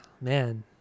man